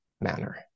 manner